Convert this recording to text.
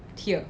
here